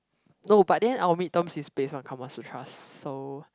no but then our mid term is based on how much we harsh so